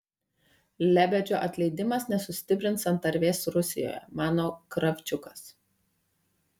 lebedžio atleidimas nesustiprins santarvės rusijoje mano kravčiukas